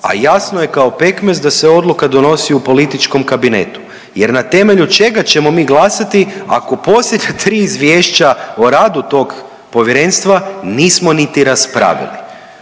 a jasno je kao pekmez da se odluka donosi u političkom kabinetu. Jer na temelju čega ćemo mi glasati ako posljednja 3 izvješća o radu tog povjerenstva nismo niti raspravili.